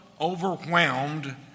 overwhelmed